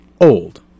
old